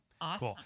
Awesome